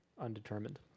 undetermined